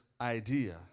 idea